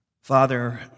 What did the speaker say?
Father